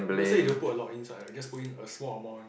might as well you don't put a lot inside right just go in a small amount